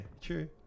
true